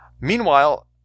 Meanwhile